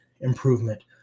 improvement